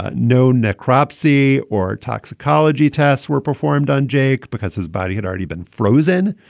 ah no necropsy or toxicology tests were performed on jake because his body had already been frozen.